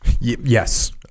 Yes